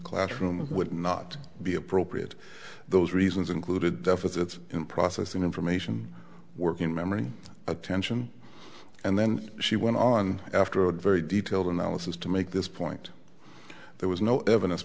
classroom would not be appropriate those reasons included the visit in process and information working memory attention and then she went on after a very detailed analysis to make this point there was no evidence